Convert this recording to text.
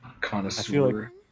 connoisseur